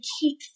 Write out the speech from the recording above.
keep